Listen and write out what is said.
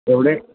എവിടെ